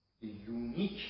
unique